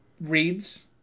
reads